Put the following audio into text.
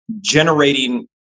generating